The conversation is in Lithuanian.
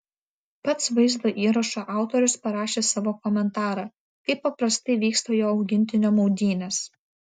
pats vaizdo įrašo autorius parašė savo komentarą kaip paprastai vyksta jo augintinio maudynės